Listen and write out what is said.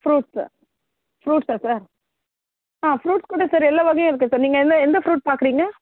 fruit sir ஃப்ரூட்ஸா sir ஆ fruit கூட சார் எல்லா வகையும் இருக்கு சார் நீங்கள் எந்த எந்த ஃப்ரூட் பார்க்குறீங்க